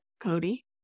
Cody